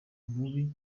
mubi